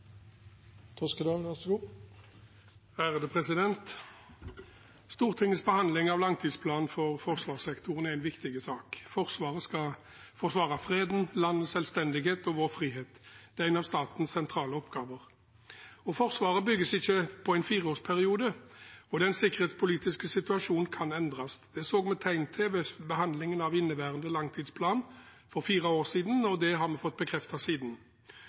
det trengst så sårt. Dette er ikkje eit vedtak Stortinget gjer i blinde. Dette er etter nøye vurdering, og me håper at me får eit meir konkret svar når me får planen tilbake til hausten. Stortingets behandling av langtidsplanen for forsvarssektoren er en viktig sak. Forsvaret skal forsvare freden, landets selvstendighet og vår frihet. Det er en av statens sentrale oppgaver. Forsvaret bygges ikke over en fireårsperiode, og den sikkerhetspolitiske situasjonen kan endres. Det så